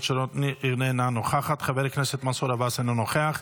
איננה נוכחת, חבר הכנסת מנסור עבאס, אינו נוכח.